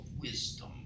wisdom